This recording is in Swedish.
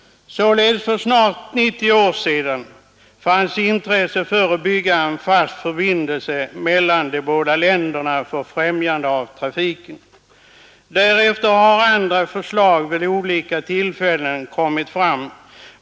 Således fanns för snart 90 år sedan intresse för att bygga en fast förbindelse mellan de båda länderna, för främjande av trafiken. Därefter har andra förslag vid olika tillfällen lagts fram.